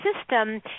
system